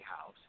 House